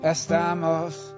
Estamos